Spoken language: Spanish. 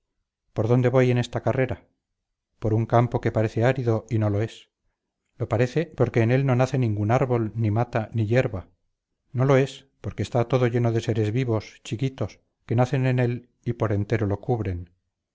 por dónde voy en esta carrera por un campo que parece árido y no lo es lo parece porque en él no nace ningún árbol ni mata ni hierba no lo es porque está todo lleno de seres vivos chiquitos que nacen en él y por entero lo cubren